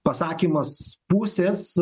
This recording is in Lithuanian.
pasakymas pusės